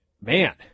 man